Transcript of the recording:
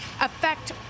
affect